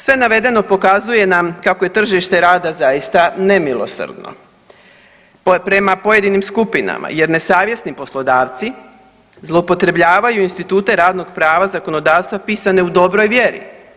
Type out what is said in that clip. Sve navedeno pokazuje nam kako je tržište rada zaista nemilosrdno prema pojedinim skupinama jer nesavjesni poslodavci zloupotrebljavaju institute radnog prava zakonodavstva pisane u dobroj vjeri.